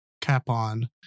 Capon